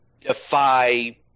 defy